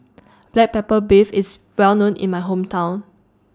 Black Pepper Beef IS Well known in My Hometown